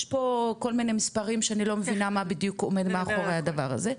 יש פה כל מיני מספרים שאני לא מבינה מה בדיוק עומד מאחורי הדבר הזה,